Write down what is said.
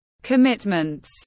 commitments